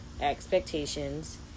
expectations